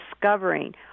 discovering